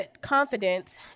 confidence